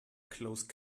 close